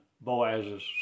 Boaz's